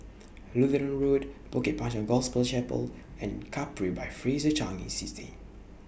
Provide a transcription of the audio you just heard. Lutheran Road Bukit Panjang Gospel Chapel and Capri By Fraser Changi City